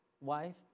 wife